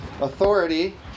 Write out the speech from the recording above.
Authority